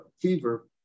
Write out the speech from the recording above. fever